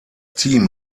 team